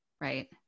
right